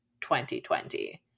2020